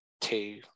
two